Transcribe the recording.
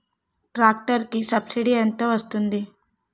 Tractor కి subsidy ఎంత వస్తుంది?